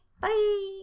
bye